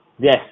Yes